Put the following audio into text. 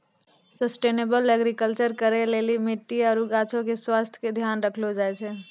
sustainable agriculture करै लेली मट्टी आरु गाछो के स्वास्थ्य के ध्यान राखलो जाय छै